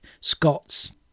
Scots